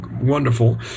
wonderful